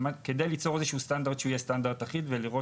כדי ליצור איזשהו סטנדרט אחיד ולראות